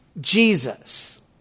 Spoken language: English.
Jesus